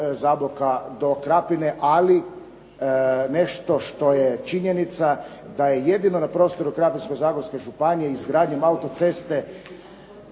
do Krapine, ali nešto što je činjenica da je jedino na prostoru Krapinsko-zagorske županije izgradnjom autoceste